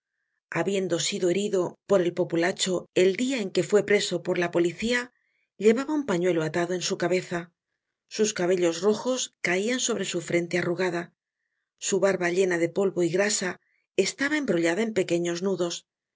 habiendo sido herido por el populacho el dia en que fué preso por la policia llevaba un pañuelo atado en su cabeza sus cabellos rojos caian sobre su frente arrugada su barba llena de polvo y grasa estaba embrollada en pequeños nudos